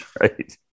right